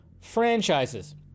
franchises